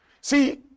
See